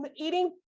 eating